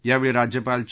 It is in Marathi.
यावेळी राज्यपाल चे